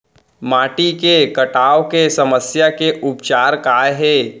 माटी के कटाव के समस्या के उपचार काय हे?